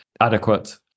adequate